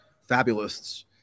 fabulists